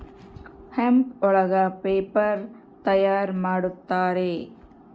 hemp ಒಳಗ paper ತಯಾರ್ ಮಾಡುತ್ತಾರೆ